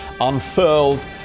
unfurled